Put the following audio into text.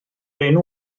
enw